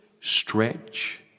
Stretch